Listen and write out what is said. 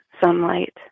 sunlight